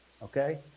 Okay